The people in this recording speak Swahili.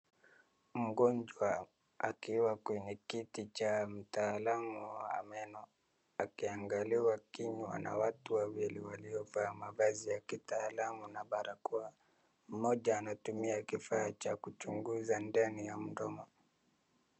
Mgonjwa akiwa kwenye kiti cha mtaalumu wa meno akiangaliwa kinywa na na watu wawili waliovaa mavazi ya kitaalamu na barakoa moja anatumia kifaa cha kuchunguza ndani ya mdomo .